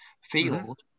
field